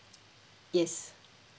yes